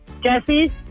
Jesse